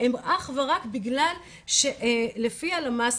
לפי הלמ"ס,